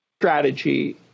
strategy